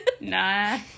Nah